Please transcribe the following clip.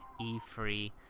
E3